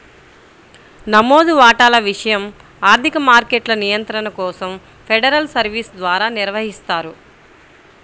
నమోదు వాటాల విషయం ఆర్థిక మార్కెట్ల నియంత్రణ కోసం ఫెడరల్ సర్వీస్ ద్వారా నిర్వహిస్తారు